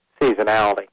seasonality